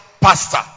pastor